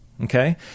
okay